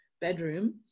bedroom